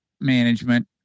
management